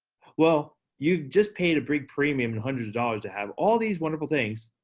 well, you just paid a big premium, and hundreds of dollars to have all these wonderful things,